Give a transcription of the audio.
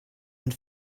and